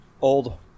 old